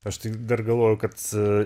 aš tai dar galvoju kad